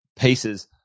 pieces